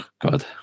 God